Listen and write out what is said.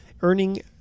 earning